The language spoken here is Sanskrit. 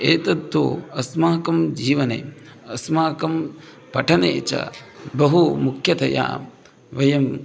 एतत्तु अस्माकं जीवने अस्माकं पठने च बहु मुख्यतया वयम्